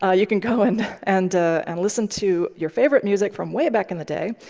ah you can go in and and listen to your favorite music from way back in the day.